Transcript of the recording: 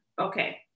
okay